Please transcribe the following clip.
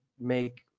make